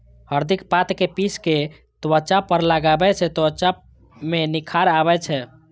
हरदिक पात कें पीस कें त्वचा पर लगाबै सं त्वचा मे निखार आबै छै